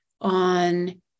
on